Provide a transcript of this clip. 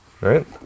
Right